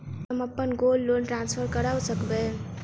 की हम अप्पन gold loan transfer करऽ सकबै?